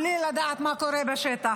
בלי לדעת מה קורה בשטח.